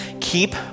keep